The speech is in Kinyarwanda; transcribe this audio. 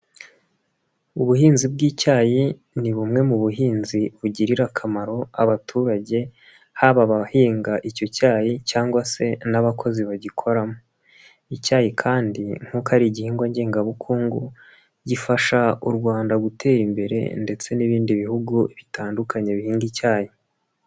Ubuhinzi bw'icyayi, ni bumwe mu buhinzi bugirira akamaro abaturage, haba abahinga icyo cyayi cyangwa se n'abakozi bagikoramo. Icyayi kandi nk'uko ari igihingwa ngengabukungu, gifasha u Rwanda gutera imbere ndetse n'ibindi bihugu bitandukanye bihinga icyayi.